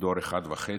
דור אחד וחצי,